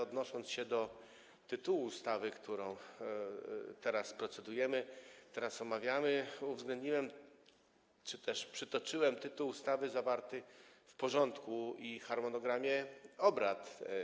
Odnosząc się do tytułu ustawy, nad którą teraz procedujemy, którą teraz omawiamy, uwzględniłem czy też przytoczyłem tytuł ustawy zawarty w porządku i harmonogramie obrad.